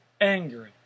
angry